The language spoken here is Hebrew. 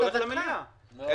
--- היא